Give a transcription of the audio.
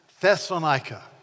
Thessalonica